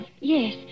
Yes